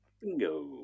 Bingo